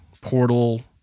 Portal